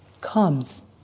comes